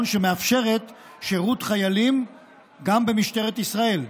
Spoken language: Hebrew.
שמאפשרת שירות חיילים גם במשטרת ישראל,